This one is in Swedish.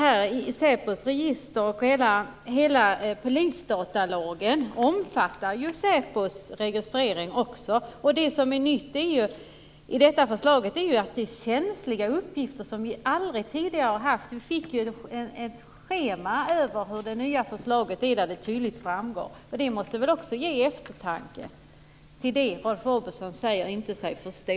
Fru talman! Hela polisdatalagen omfattar ju säpos registrering också. Det som är nytt i detta förslag är att det är känsliga uppgifter som vi aldrig tidigare har haft. Vi fick ett schema över hur det nya förslaget ser ut där det tydligt framgår. Det måste väl också ge eftertanke åt det Rolf Åbjörnsson säger sig inte förstå.